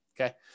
Okay